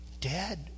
dad